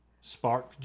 spark